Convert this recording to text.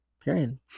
Period